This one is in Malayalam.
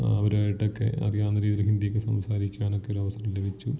ആ അവരായിട്ടൊക്കെ അറിയാവുന്ന രീതിയിൽ ഹിന്ദിയൊക്കെ സംസാരിക്കുവാനൊക്കെ ഒരവസരം ലഭിച്ചു